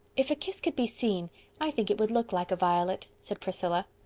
if a kiss could be seen i think it would look like a violet, said priscilla.